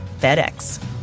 FedEx